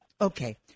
Okay